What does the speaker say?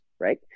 Right